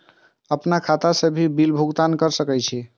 आपन खाता से भी बिल भुगतान कर सके छी?